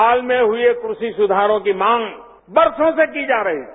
हाल में हुए क्रवि सुघारों की मांग बरसों से की जा रही थी